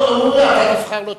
וחבל.